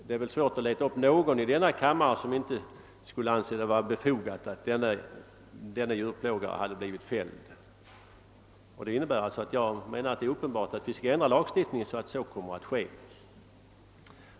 Det är nog svårt att leta upp någon i denna kammare som inte skulle ha ansett det befogat att fälla denne djurplågare. Jag menar alltså att det är uppenbart att vi bör ändra lagen, så att straff i sådana här fall kommer att kunna utmätas i fortsättningen.